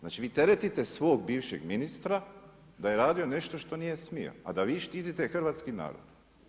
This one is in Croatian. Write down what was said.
Znači vi teretite svog bivšeg ministra da je radio nešto što nije smio a da vi štitite hrvatski narod.